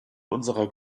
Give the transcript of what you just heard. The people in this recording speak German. unserer